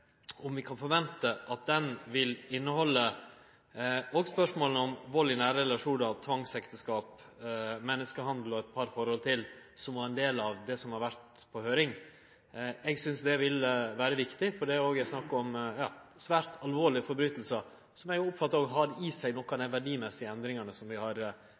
om vi kan forvente at den òg vil innehalde spørsmåla om vald i nære relasjonar, tvangsekteskap, menneskehandel og eit par forhold til, som ein del av det som har vore på høyring. Eg synest det ville vere viktig, for det er òg snakk om svært alvorlege lovbrot, som eg oppfattar har i seg nokre av dei verdimessige endringane som vi har